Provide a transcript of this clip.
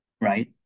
right